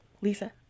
lisa